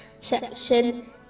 section